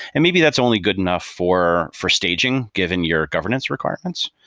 and maybe that's only good enough for for staging given your governance requirements,